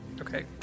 Okay